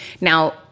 now